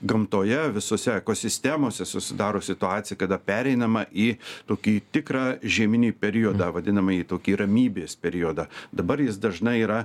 gamtoje visose ekosistemose susidaro situacija kada pereinama į tokį tikrą žieminį periodą vadinamąjį tokį ramybės periodą dabar jis dažnai yra